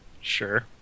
Sure